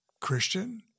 Christian